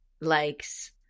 likes